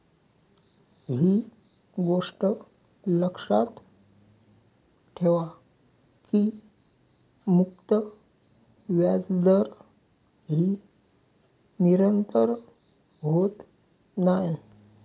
ही गोष्ट लक्षात ठेवा की मुक्त व्याजदर ही निरंतर होत नाय